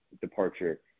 departure